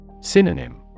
Synonym